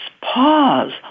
pause